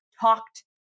talked